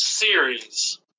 series